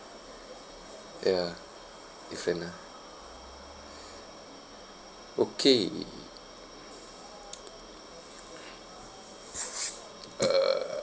ya different lah okay uh